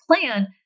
plan